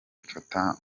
mfata